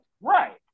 Right